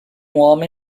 homem